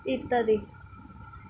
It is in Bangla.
ইত্যাদি